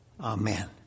Amen